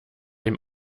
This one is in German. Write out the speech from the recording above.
ihm